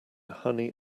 honey